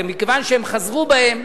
ומכיוון שהם חזרו בהם,